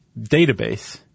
database